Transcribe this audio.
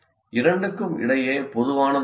இரண்டுக்கும் இடையே பொதுவானது என்ன